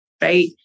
right